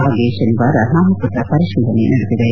ಹಾಗೆಯೇ ಶನಿವಾರ ನಾಮಪತ್ರ ಪರಿಶೀಲನೆ ನಡೆದಿದೆ